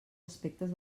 aspectes